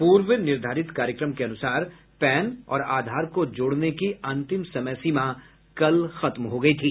पूर्व निर्धारित कार्यक्रम के अनुसार पैन और आधार को जोड़ने की अंतिम समय सीमा कल खत्म हो गई थी